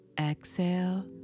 exhale